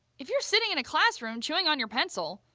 if you're sitting in a classroom, chewing on your pencil,